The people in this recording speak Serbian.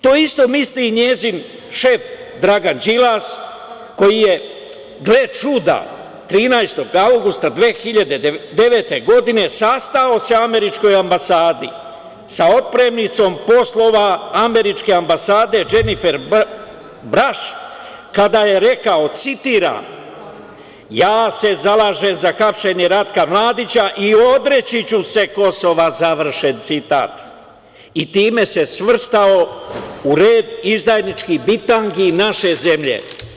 To isto misli njen šef, Dragan Đilas, koji se, gle čuda, 13. avgusta 2009. godine sastao u američkoj ambasadi sa otpremnicom poslova američke ambasade Dženifer Braš, kada je rekao, citiram: "Ja se zalažem za hapšenje Ratka Mladića i odreći ću se Kosova", završen citat, i time se svrstao u red izdajničkih bitangi naše zemlje.